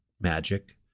magic